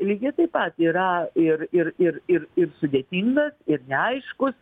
lygiai taip pat yra ir ir ir ir ir sudėtingas ir neaiškus